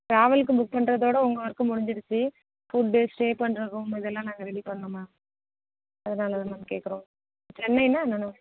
ட்ராவலுக்கு book பண்ணுறதோட உங்கள் work முடிஞ்சிடுச்சு ஃபுட்டு ஸ்டே பண்ணுற ரூம் இதெல்லாம் நாங்கள் ரெடி பண்ணணும் மேம் அதனால்தான் மேம் கேட்குறோம் சென்னைனால் என்னென்ன